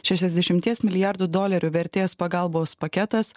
šešiasdešimties milijardų dolerių vertės pagalbos paketas